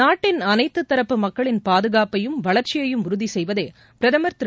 நாட்டின் அனைத்து தரப்பு மக்களின் பாதுகாப்பையும் வளர்ச்சியையும் உறுதி செய்வதே பிரதமர் திரு